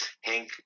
hank